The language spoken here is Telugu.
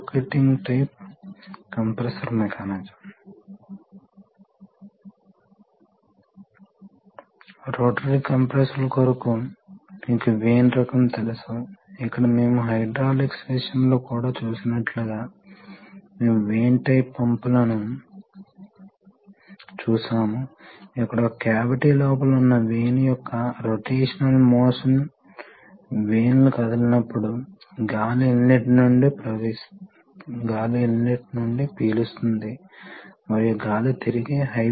కాబట్టి మిగిలినవి చాలా సులభం మీరు ఇక్కడ అనుసంధానించినట్లయితే ద్రవం వాల్వ్ గుండా ప్రవహిస్తుంది మరోవైపు మీరు దానిని ఈ స్థానానికి కనెక్ట్ చేస్తే ద్రవం చెక్ వాల్వ్ గుండా ప్రవహిస్తుంది మరియు ట్యాంకుకు తిరిగి వస్తుంది కాబట్టి ఇది ఇక్కడ ఉంది ఈ ప్రపోర్షనల్ డైరెక్షనల్ వాల్వ్ ను ఉపయోగించడం ద్వారా ఒకే ఒక మూలకాన్ని ఉపయోగించి మీరు దిశను నియంత్రించడమే కాకుండా ఈ వేగాన్ని నియంత్రించగలుగుతారు